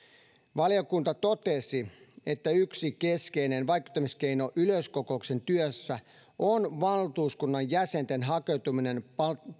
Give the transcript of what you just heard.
valiokunta totesi että yksi keskeinen vaikuttamiskeino yleiskokouksen työssä on valtuuskunnan jäsenten hakeutuminen